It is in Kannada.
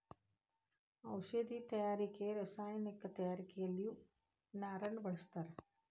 ಔಷದಿ ತಯಾರಿಕೆ ರಸಾಯನಿಕ ತಯಾರಿಕೆಯಲ್ಲಿಯು ನಾರನ್ನ ಬಳಸ್ತಾರ